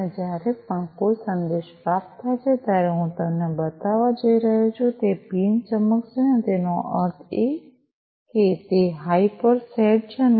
અને જ્યારે પણ કોઈ સંદેશ પ્રાપ્ત થાય છે ત્યારે હું તમને બતાવવા જઈ રહ્યો છું તે પીન ચમકશે તેનો અર્થ એ કે તે હાઈ પર સેટ છે અને